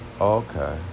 Okay